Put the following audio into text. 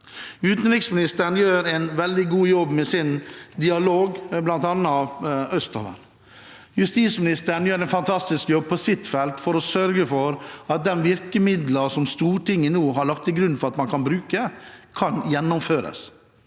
Utenriksministeren gjør en veldig god jobb med sin dialog bl.a. østover. Justisministeren gjør en fantastisk jobb på sitt felt for å sørge for at de virkemidlene som Stortinget nå har lagt til grunn for at man kan bruke, kan gjennomføres.